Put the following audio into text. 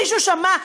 מישהו שמע?